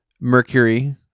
Mercury